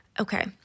okay